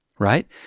Right